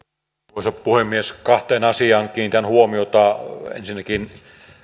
arvoisa puhemies kahteen asiaan kiinnitän huomiota ensinnäkin